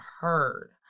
heard